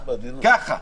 ככה.